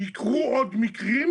יקרו עוד מקרים,